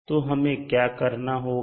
तो हमें क्या करना होगा